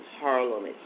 Harlem